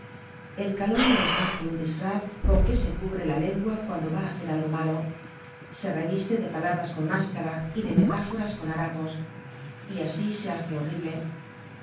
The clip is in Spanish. el caló no es mas que un disfraz con que se cubre la lengua cuando va á hacer algo malo se reviste de palabras con máscara y de metáforas con harapos y asi se hace horrible